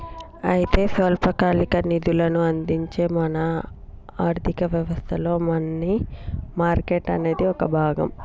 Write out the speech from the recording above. అయితే స్వల్పకాలిక నిధులను అందించే ఆర్థిక వ్యవస్థలో మనీ మార్కెట్ అనేది ఒక భాగం